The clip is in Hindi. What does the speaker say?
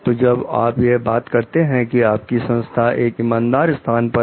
तो जब आप यह बात करते हैं कि आपकी संस्था एक इमानदार स्थान पर है